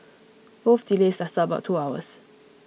both delays lasted about two hours